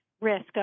risk